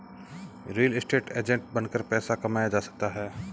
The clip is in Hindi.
रियल एस्टेट एजेंट बनकर पैसा कमाया जा सकता है